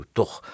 toch